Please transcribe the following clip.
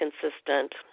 consistent